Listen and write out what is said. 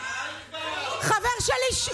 חבר שלי,